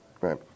Right